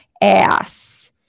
ass